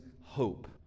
hope